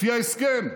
לפי ההסכם,